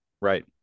Right